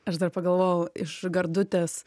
aš dar pagalvojau iš gardutės